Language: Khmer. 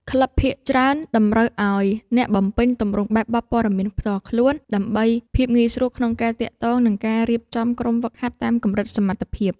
ក្លឹបភាគច្រើនតម្រូវឱ្យអ្នកបំពេញទម្រង់បែបបទព័ត៌មានផ្ទាល់ខ្លួន ដើម្បីភាពងាយស្រួលក្នុងការទាក់ទង និងការរៀបចំក្រុមហ្វឹកហាត់តាមកម្រិតសមត្ថភាព។